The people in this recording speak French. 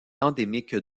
endémique